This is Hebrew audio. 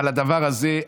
על הדבר הזה,